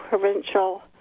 provincial